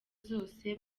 zose